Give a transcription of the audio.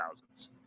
thousands